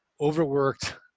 overworked